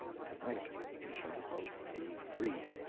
to-night we shall both be free.